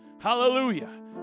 Hallelujah